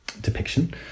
depiction